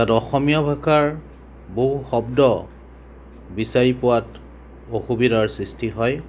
আৰু অসমীয়া ভাষাৰ বহু শব্দ বিচাৰি পোৱাত অসুবিধাৰ সৃষ্টি হয়